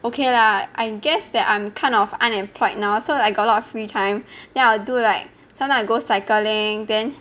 okay lah I guess that I'm kind of unemployed now so I got lot of free time then I'll do like sometime I go cycling then